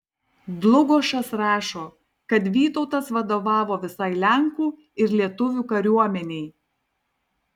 dlugošas rašo kad vytautas vadovavo visai lenkų ir lietuvių kariuomenei